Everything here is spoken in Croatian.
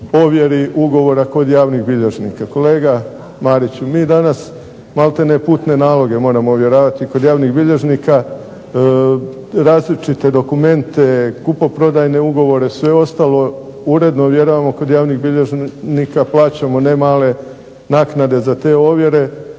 ovjeri ugovora kod javnih bilježnika. Kolega Mariću, mi danas maltene putne naloge moramo ovjeravati kod javnih bilježnika, različite dokumente, kupoprodajne ugovore, sve ostalo uredno ovjeravamo kod javnih bilježnika, plaćamo ne male naknade za te ovjere,